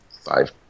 five